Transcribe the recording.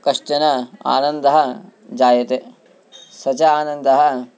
कश्चन आनन्दः जायते स च आनन्दः